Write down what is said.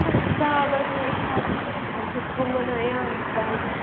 ꯆꯥꯕꯁꯦ ꯏꯁꯥꯁꯦ ꯆꯟꯐꯨꯠꯀꯨꯝꯕꯅ ꯑꯌꯥꯝꯕ ꯆꯥꯏꯗ